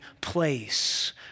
place